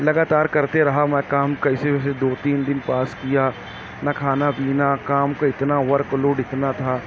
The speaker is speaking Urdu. لگاتار کرتے رہا میں کام کیسے کیسے دو تین دن پاس کیا نہ کھانا پینا کام کا اتنا ورک لوڈ اتنا تھا